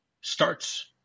starts